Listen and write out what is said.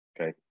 okay